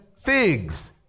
figs